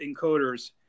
encoders